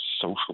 social